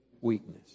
Weakness